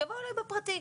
שיבואו אלי בפרטי.